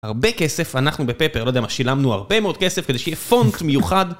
הרבה כסף אנחנו בפפר, לא יודע מה, שילמנו הרבה מאוד כסף כדי שיהיה פונט מיוחד